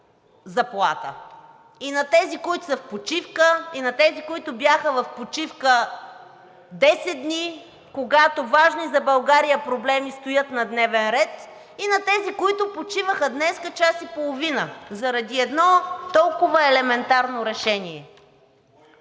и на тези, които са в почивка, и на тези, които бяха в почивка 10 дни, когато важни за България проблеми стоят на дневен ред, и на тези, които почиваха днес час и половина заради едно толкова елементарно решение.